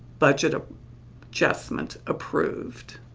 budget ah adjustment approved.